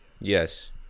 Yes